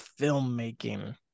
filmmaking